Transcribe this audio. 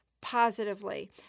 positively